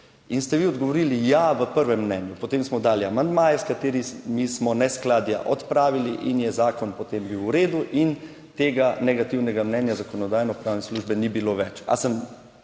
In ste vi odgovorili, ja, v prvem mnenju, potem smo dali amandmaje s katerimi smo neskladja odpravili in je zakon potem bil v redu in tega negativnega mnenja Zakonodajno-pravne službe ni bilo več.